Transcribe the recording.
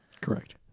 Correct